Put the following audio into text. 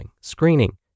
screening